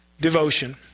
devotion